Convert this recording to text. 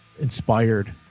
inspired